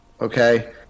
Okay